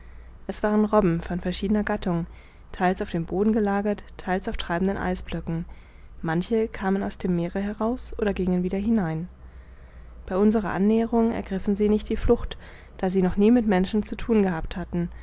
es waren robben verschiedener gattung theils auf dem boden gelagert theils auf treibenden eisblöcken manche kamen aus dem meere heraus oder gingen wieder hinein bei unserer annäherung ergriffen sie nicht die flucht da sie noch nie mit menschen zu thun gehabt hatten